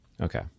Okay